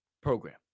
program